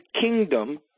kingdom